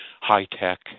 high-tech